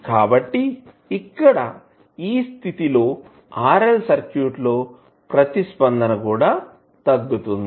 కాబట్టి ఇక్కడ ఈ స్థితి లో RL సర్క్యూట్ లో ప్రతిస్పందన కూడా తగ్గుతుంది